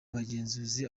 bugenzuzi